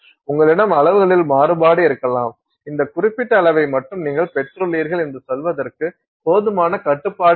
உங்களிடம் அளவுகளில் மாறுபாடு இருக்கலாம் இந்த குறிப்பிட்ட அளவை மட்டுமே நீங்கள் பெற்றுள்ளீர்கள் என்று சொல்வதற்கு போதுமான கட்டுப்பாடு இல்லை